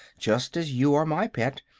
just as you are my pet,